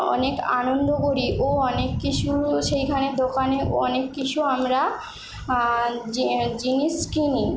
অনেক আনন্দ করি ও অনেক কিছু সেইখানে দোকানে অনেক কিছু আমরা জিনিস কিনি